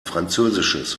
französisches